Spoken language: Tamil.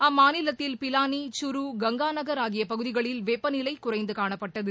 அம்மாநிலத்தில் பிலானி சீறு கங்காநகர் ஆகிய பகுதிகளில் வெப்பநிலை குறைந்து காணப்பட்டது